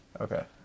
Okay